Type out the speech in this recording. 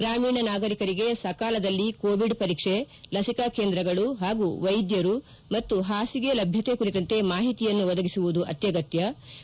ಗ್ರಾಮೀಣ ನಾಗರಿಕರಿಗೆ ಸಕಾಲದಲ್ಲಿ ಕೋವಿಡ್ ಪರೀಕ್ಷೆ ಲಸಿಕಾ ಕೇಂದ್ರಗಳು ಹಾಗೂ ವ್ಲೆದ್ದರು ಮತ್ತು ಹಾಸಿಗೆ ಲಭ್ಞತೆ ಕುರಿತಂತೆ ಮಾಹಿತಿಯನ್ನು ಒದಗಿಸುವುದು ಅತ್ಯಗತ್ನ